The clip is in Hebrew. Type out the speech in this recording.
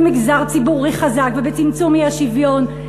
במגזר ציבורי חזק ובצמצום האי-שוויון,